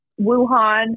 Wuhan